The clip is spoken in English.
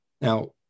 Now